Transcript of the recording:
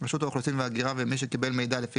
רשות האוכלוסין וההגירה ומי שקיבל מידע לפי